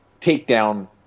takedown